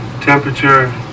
temperature